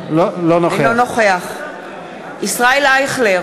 אינו נוכח ישראל אייכלר,